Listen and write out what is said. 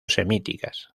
semíticas